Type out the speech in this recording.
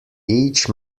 each